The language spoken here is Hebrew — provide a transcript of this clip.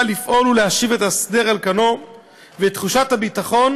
לפעול ולהשיב את הסדר על כנו ואת תחושת הביטחון,